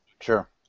Sure